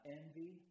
envy